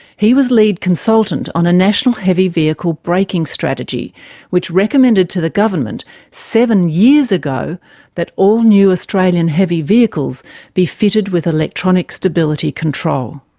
he was lead consultant on a national heavy vehicle braking strategy which recommended to the government seven years ago that all new australian heavy vehicles be fitted with electronic stability control.